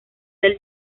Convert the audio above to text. del